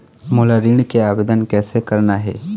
मोला ऋण के आवेदन कैसे करना हे?